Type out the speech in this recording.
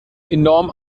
enorm